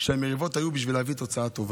שהמריבות זה כדי להביא תוצאה טובה.